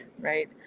right